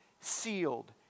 sealed